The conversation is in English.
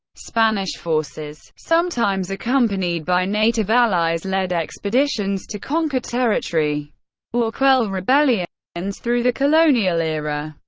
spanish forces, sometimes accompanied by native allies, led expeditions to conquer territory or quell rebellions and through the colonial era.